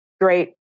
great